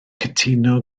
cytuno